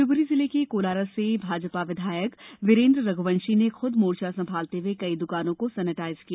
शिवपूरी जिले के कोलारस से भाजपा विधायक वीरेन्द्र रघ्वंशी ने खुद मोर्चा संभालते हुए कई दकानों को सेनीटाइज किया